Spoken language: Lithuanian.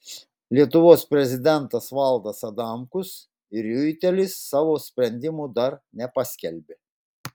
lietuvos prezidentas valdas adamkus ir riuitelis savo sprendimo dar nepaskelbė